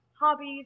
hobbies